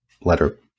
letter